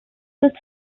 its